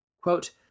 Quote